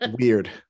Weird